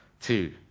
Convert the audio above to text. Two